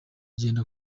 genda